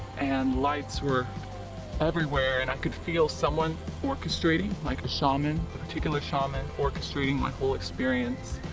and lights were everywhere and i could feel someone orchestrating like a shaman a particular shaman orchestrating my whole experience.